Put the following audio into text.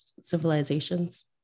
civilizations